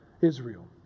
Israel